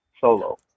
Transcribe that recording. solo